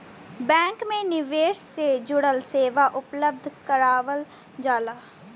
bank में निवेश से जुड़ल सेवा उपलब्ध करावल जाला